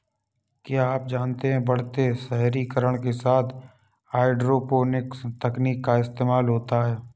क्या आप जानते है बढ़ते शहरीकरण के कारण हाइड्रोपोनिक्स तकनीक का इस्तेमाल होता है?